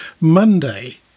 monday